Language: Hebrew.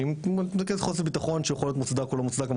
שאם זה חוסר ביטחון שיכול להיות מוצדק או לא מוצדק אנחנו